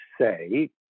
say